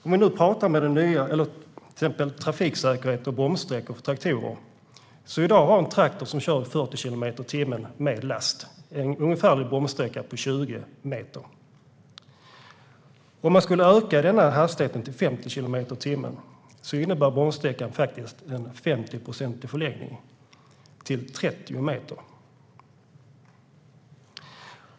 Om vi talar om trafiksäkerhet och bromssträckor för traktorer är det så att en traktor som kör i 40 kilometer per timme med last har en ungefärlig bromssträcka på 20 meter. Om man skulle öka hastigheten till 50 kilometer per timme förlängs bromssträckan med 50 procent till 30 meter.